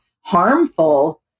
harmful